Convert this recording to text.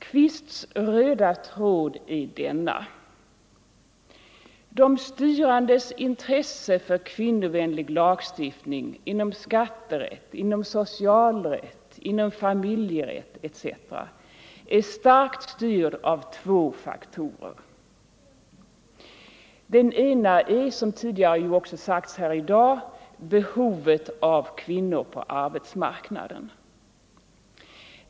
Qvists röda tråd är denna: De styrandes intresse för kvinnovänlig lag stiftning inom skatterätt, socialrätt, familjerätt etc. är starkt styrt av Nr 130 två faktorer. Den ena är, som tidigare också sagts här i dag, behovet Torsdagen den av kvinnor på arbetsmarknaden.